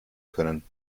können